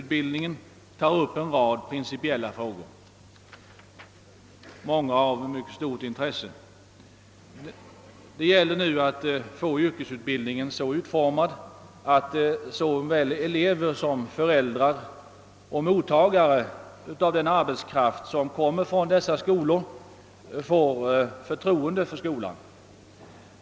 tar upp en rad principiella frågor, många av mycket stort intresse. Det gäller nu att få yrkesutbildningen så utformad, att såväl elever som föräldrar och mottagare av den arbetskraft som kommer från dessa skolor får förtroende för skolan.